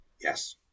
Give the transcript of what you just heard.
Yes